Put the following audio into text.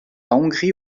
hongrie